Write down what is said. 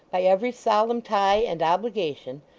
by every solemn tie and obligation,